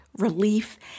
relief